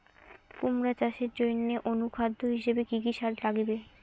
কুমড়া চাষের জইন্যে অনুখাদ্য হিসাবে কি কি সার লাগিবে?